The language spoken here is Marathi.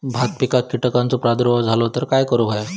भात पिकांक कीटकांचो प्रादुर्भाव झालो तर काय करूक होया?